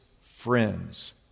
friends